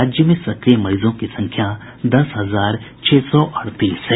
राज्य में सक्रिय मरीजों की संख्या दस हजार छह सौ अड़तीस है